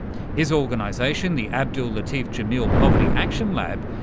his organisation, the abdul latif jameel poverty action lab,